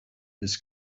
this